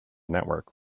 network